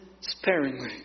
sparingly